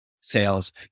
sales